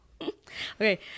Okay